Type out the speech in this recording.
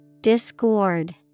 Discord